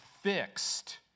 fixed